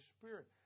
Spirit